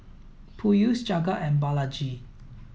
Peyush Jagat and Balaji